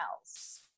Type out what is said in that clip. else